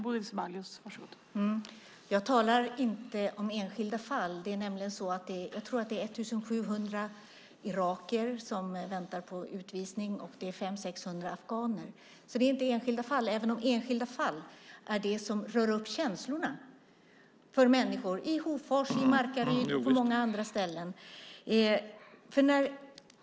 Fru talman! Jag talar inte om enskilda fall. Jag tror att det är 1 700 irakier som väntar på utvisning, och det är 500-600 afghaner. Det är inte enskilda fall, även om det är enskilda fall som rör upp känslorna hos människor i Hofors, Markaryd och på många andra ställen.